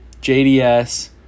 JDS